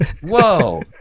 Whoa